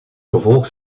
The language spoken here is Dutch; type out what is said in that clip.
gevolg